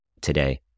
today